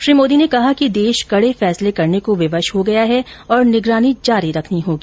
श्री मोदी ने कहा कि देश कड़े फैसले करने को विवश हो गया है और निगरानी जारी रखनी होगी